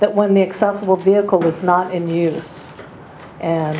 that when the accessible vehicle was not in yours and